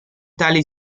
tali